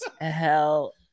Hell